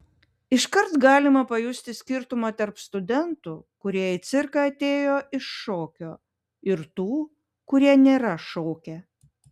iškart galima pajusti skirtumą tarp studentų kurie į cirką atėjo iš šokio ir tų kurie nėra šokę